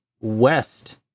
west